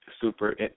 super